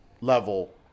level